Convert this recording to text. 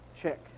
check